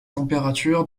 température